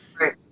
Right